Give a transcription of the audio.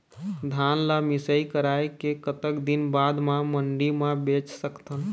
धान ला मिसाई कराए के कतक दिन बाद मा मंडी मा बेच सकथन?